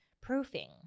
Proofing